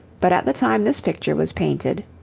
but at the time this picture was painted,